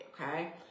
Okay